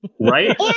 right